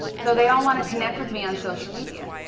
so they all want to connect with me on social media